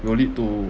will lead to